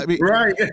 Right